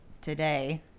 today